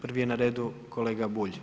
Prvi je na redu kolega Bulj.